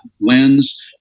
lens